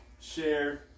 share